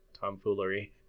tomfoolery